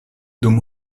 dum